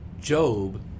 Job